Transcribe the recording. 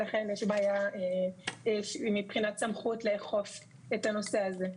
ולכן יש בעיה מבחינת סמכות לאכוף את הנושא הזה.